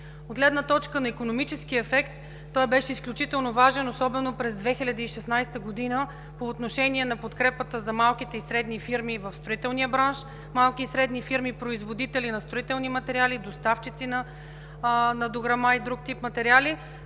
От гледна точка на икономическия ефект, той беше изключително важен, особено през 2016 г. по отношение на подкрепата за малки и средни фирми в строителния бранш, малки и средни фирми производители на строителни материали, доставчици на дограма и друг тип материали.